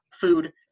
food